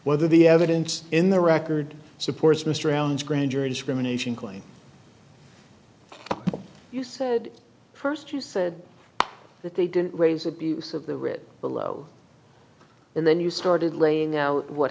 whether the evidence in the record supports mr round's grand jury discrimination claim you said first you said that they didn't raise abuse of the writ below and then you started laying out what